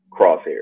crosshair